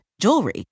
jewelry